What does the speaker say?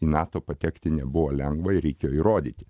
į nato patekti nebuvo lengva ir reikėjo įrodyti